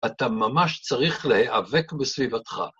אתה ממש צריך להיאבק בסביבתך.